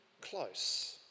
close